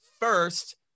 first